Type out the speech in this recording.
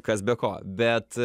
kas be ko bet